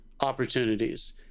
opportunities